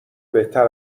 بهتر